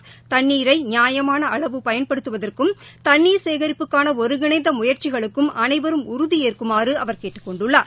தண்ணீர் தண்ணீரைநியாயமானஅளவு பயன்படுத்துவதற்கும் சேகரிப்புக்கானஒருங்கிணைந்தமுயற்சிகளுக்கும் அனைவரும் உறுதியேற்குமாறுஅவர் கேட்டுக் கொண்டுள்ளார்